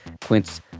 Quince